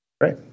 Great